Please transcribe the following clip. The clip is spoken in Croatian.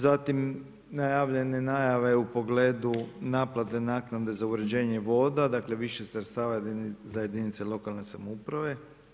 Zatim najavljene najave u pogledu naplate naknade za uređenje voda, dakle više sredstava za jedinice lokalne samouprave.